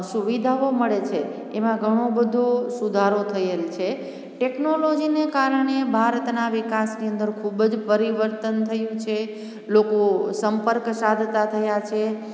સુવિધાઓ મળે છે એમાં ઘણું બધું સુધારો થયેલ છે ટેકનોલોજીને કારણે ભારતના વિકાસની અંદર ખૂબ જ પરિવર્તન થયું છે લોકો સંપર્ક સાધતા થયા છે